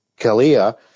Kalia